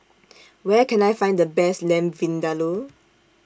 Where Can I Find The Best Lamb Vindaloo